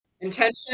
Intention